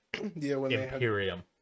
Imperium